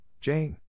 Jane